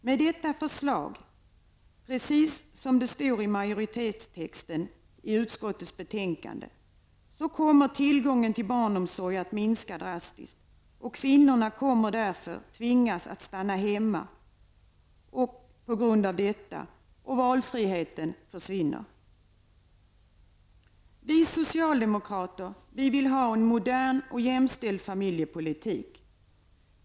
Med detta förslag, precis som det står i majoritetstexten i utskottets betänkande, kommer tillgången till barnomsorg att minska drastiskt och kvinnorna kommer att tvingas att stanna hemma och valfriheten försvinner. Vi socialdemokrater vill ha en modern och jämställd familjepolitik.